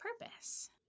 purpose